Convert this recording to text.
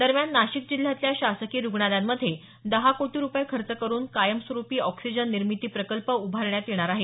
दरम्यान नाशिक जिल्ह्यातल्या शासकीय रुग्णालयांमध्ये दहा कोटी रुपये खर्च करून कायमस्वरूपी ऑक्सिजन निर्मिती प्रकल्प उभारण्यात येणार आहे